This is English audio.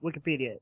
Wikipedia